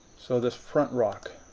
so, this front rock.